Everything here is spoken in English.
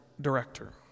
director